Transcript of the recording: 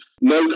no